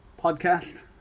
podcast